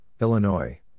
Illinois